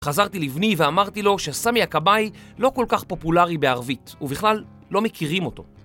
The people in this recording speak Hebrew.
חזרתי לבני ואמרתי לו שסמי הכבאי לא כל כך פופולרי בערבית, ובכלל לא מכירים אותו.